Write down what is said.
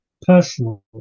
personal